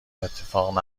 اتفاق